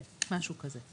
כן, משהו כזה.